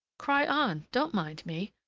cry on, don't mind me!